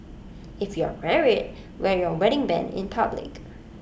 if you're married wear your wedding Band in public